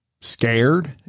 scared